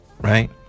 right